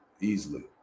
Easily